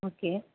okay